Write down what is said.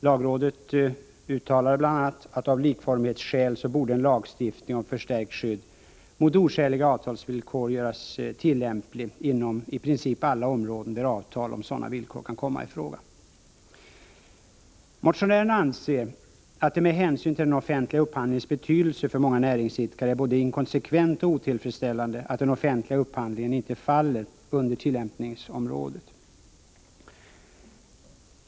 Lagrådet uttalade bl.a. att av likformighetsskäl borde en lagstiftning om förstärkt skydd mot oskäliga avtalsvillkor göras tillämplig inom i princip alla områden, där avtal om sådana villkor kan komma i fråga. Motionärerna anser att det med hänsyn till den offentliga upphandlingens betydelse för många näringsidkare är både inkonsekvent och otillfredsställande att den offentliga upphandlingen inte faller under tillämpningsområdet.